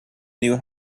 knew